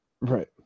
Right